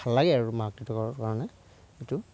ভাল লাগে আৰু মাক দেউতাকৰ কাৰণে এইটো